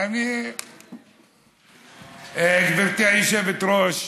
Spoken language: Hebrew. גברתי היושבת-ראש,